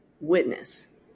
witness